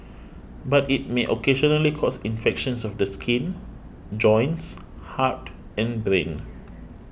but it may occasionally cause infections of the skin joints heart and brain